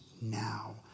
now